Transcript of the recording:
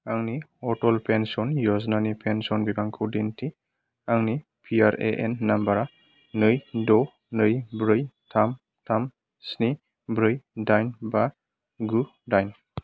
आंनि अटल पेन्सन यजनानि पेन्सन बिबांखौ दिन्थि आंनि पिआरएएन नम्बर आ नै द' नै ब्रै थाम थाम स्नि ब्रै दाइन बा गु दाइन